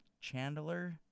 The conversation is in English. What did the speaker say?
Chandler